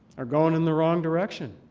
are going in the wrong direction.